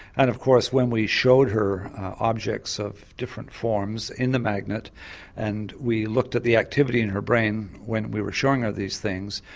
and of course when we showed her objects of different forms in the magnet and we looked at the activity in her brain when we were showing her these things,